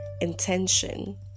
intention